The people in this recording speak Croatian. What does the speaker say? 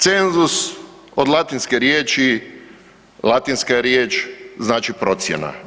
Cenzus od latinske riječi, latinska je riječ znači procjena.